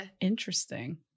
interesting